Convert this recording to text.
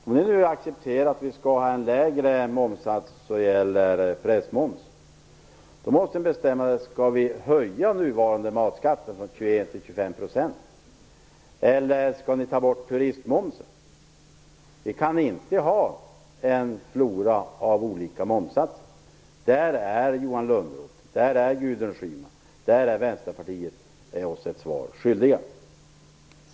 Om ni nu accepterar att vi skall ha en lägre momssats för pressen, då måste ni bestämma er om ni skall höja nuvarande matmomsen från 21 till 25 % eller om ni skall ta bort turistmomsen. Vi kan inte ha en flora av olika momssatser. Där är Johan Lönnroth, där är Gudrun Schyman, där är Vänsterpartiet oss ett svar skyldiga.